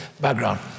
background